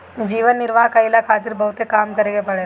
जीवन निर्वाह कईला खारित बहुते काम करे के पड़ेला